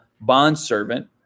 bondservant